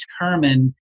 determine